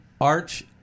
arch